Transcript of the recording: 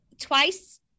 twice